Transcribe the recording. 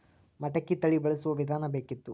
ಮಟಕಿ ತಳಿ ಬಳಸುವ ವಿಧಾನ ಬೇಕಿತ್ತು?